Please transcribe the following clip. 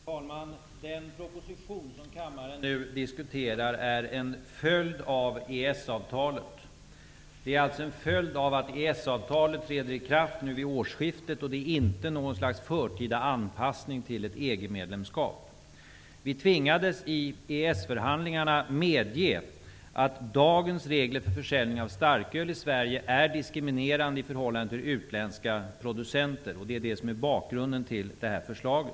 Fru talman! Den proposition som nu diskuteras i kammaren är en följd av EES-avtalet, en följd av att EES-avtalet förväntas träda i kraft vid årsskiftet. Det är inte ett slags förtida anpassning till ett EG-medlemskap som det handlar om. I EES-förhandlingarna tvingades Sverige medge att dagens regler för försäljning av starköl i Sverige är diskriminerande i förhållande till utländska producenter. Det är bakgrunden till framlagt förslag.